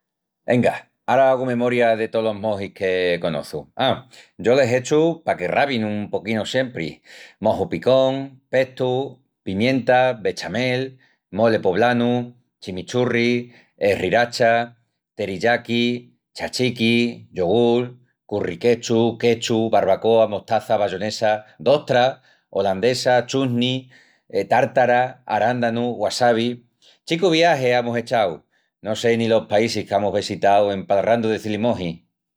Enga, ara hagu memoria de tolos mojis que conoçu. A, yo les echu paque ravin un poquinu siempri. Mojo picón, pestu, pimienta, bechamel, mole poblanu, chimichurri, sriracha, teriyaki, tzatziki, yogul, curryketchup, ketchup, barbacoa, mostaza, bayonesa, d'ostras, olandesa, chutney, tártara, arándanus, wasabi,... Chicu viagi amus echau, no sé ni los paísis qu'amus vesitau en palrandu de cilimojis.